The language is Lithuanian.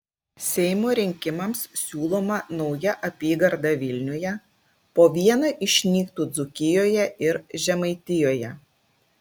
seimo rinkimams siūloma nauja apygarda vilniuje po vieną išnyktų dzūkijoje ir žemaitijoje